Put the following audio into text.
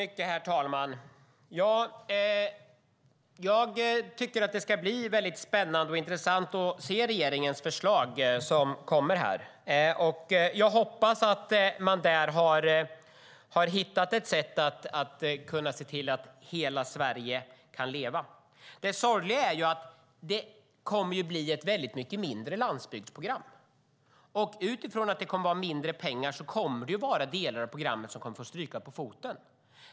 Herr talman! Det ska bli spännande och intressant att se regeringens förslag som ska läggas fram. Jag hoppas att man där har hittat ett sätt att se till att hela Sverige kan leva. Det sorgliga är att det kommer att bli ett mindre landsbygdsprogram. Utifrån att det blir mindre pengar kommer delar av programmet att få stryka på foten.